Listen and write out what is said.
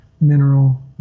mineral